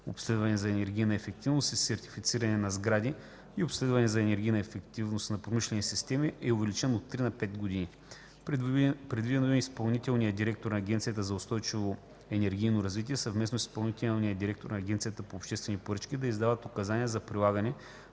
обследване за енергийна ефективност и сертифициране на сгради и обследване за енергийна ефективност на промишлени системи, е увеличен от 3 на 5 години. Предвидено е изпълнителният директор на Агенцията за устойчиво енергийно развитие съвместно с изпълнителния директор на Агенцията по обществени поръчки да издават указания за прилагане